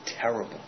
terrible